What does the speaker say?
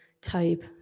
type